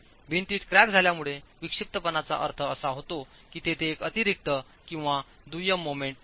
भिंतीत क्रॅक झाल्यामुळे विक्षिप्तपणाचा अर्थ असा होतो की तिथे एक अतिरिक्त किंवा दुय्यम मोमेंट येतो आहे